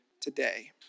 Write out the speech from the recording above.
today